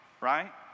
right